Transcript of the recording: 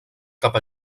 cap